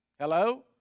Hello